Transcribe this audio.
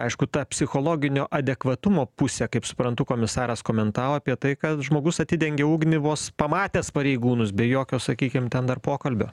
aišku ta psichologinio adekvatumo pusė kaip suprantu komisaras komentavo apie tai kad žmogus atidengė ugnį vos pamatęs pareigūnus be jokio sakykim ten dar pokalbio